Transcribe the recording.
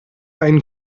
einen